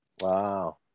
Wow